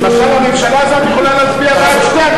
למשל, הממשלה הזאת יכולה להצביע בעד שתי הגרסאות.